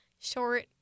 short